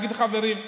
ולהגיד: חברים,